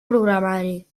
programari